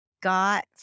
got